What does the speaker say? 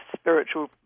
spiritual